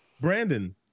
Brandon